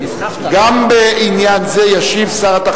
אנחנו עוברים להצעת חוק לתיקון פקודת